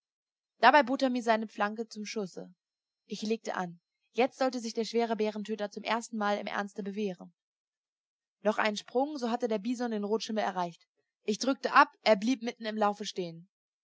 dabei bot er mir seine flanke zum schusse ich legte an jetzt sollte sich der schwere bärentöter zum erstenmal im ernste bewähren noch einen sprung so hatte der bison den rotschimmel erreicht ich drückte ab er blieb mitten im laufe stehen